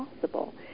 possible